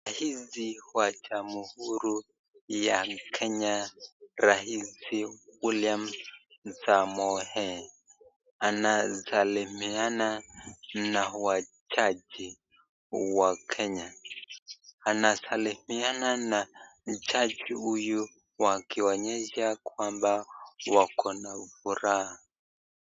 Rais wa jamhuri ya kenya rais William Samoei, anasalimiana na wajaji wa Kenya, anasalimiana na jaji huyu wakionyesha kwamba wako na furaha.